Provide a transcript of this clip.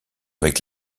avec